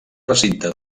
recinte